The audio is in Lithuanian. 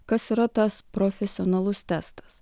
kas yra tas profesionalus testas